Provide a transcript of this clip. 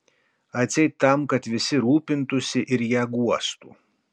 atseit tam kad visi rūpintųsi ir ją guostų